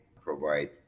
provide